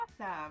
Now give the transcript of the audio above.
Awesome